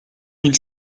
mille